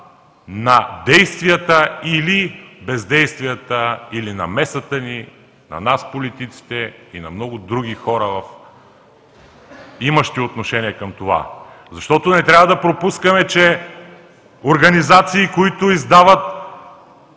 на действията или бездействията или намесата на нас политиците, и на много други хора, имащи отношение към това. Не трябва да пропускаме, че организации, които издават